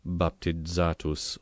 baptizatus